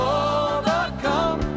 overcome